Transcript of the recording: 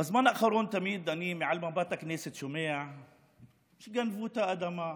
בזמן האחרון אני שומע מעל במת הכנסת שגנבו את האדמה,